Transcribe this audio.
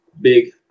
big